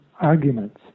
arguments